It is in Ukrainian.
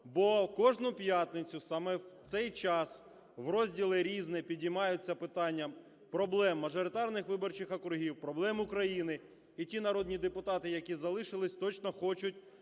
бо кожну п'ятницю саме в цей час в розділі "Різне" піднімаються питання проблем мажоритарних виборчих округів, проблеми країни, і ті народні депутати, які залились, точно хочуть